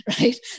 right